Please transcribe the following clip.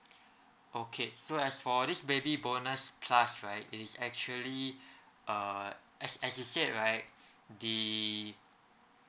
okay so as for this baby bonus plus right is actually uh as as you say right the